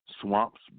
Swamps